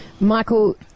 Michael